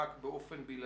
זו הטבלה